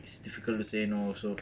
it's difficult to say no also